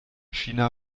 china